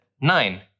nine